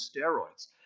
steroids